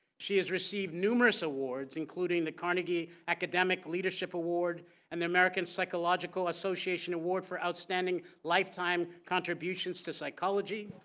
she has received numerous awards including the carnegie academic leadership award and the american psychological association award for outstanding lifetime contributions to psychology.